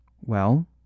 well